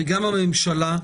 וגם הממשלה,